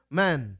man